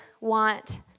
want